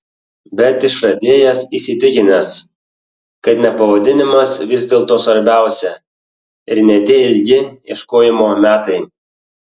bet išradėjas įsitikinęs kad ne pavadinimas vis dėlto svarbiausia ir ne tie ilgi ieškojimo metai